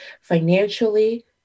financially